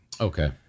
okay